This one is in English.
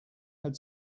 had